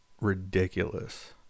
ridiculous